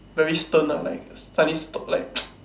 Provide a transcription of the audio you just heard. very stern ah like